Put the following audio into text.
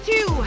Two